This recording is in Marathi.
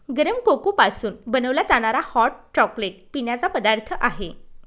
गरम कोको पासून बनवला जाणारा हॉट चॉकलेट पिण्याचा पदार्थ आहे